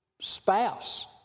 spouse